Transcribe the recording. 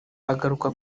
agaruka